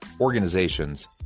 organizations